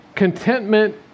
Contentment